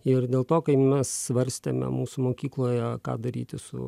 ir dėl to kai mes svarstėme mūsų mokykloje ką daryti su